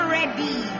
ready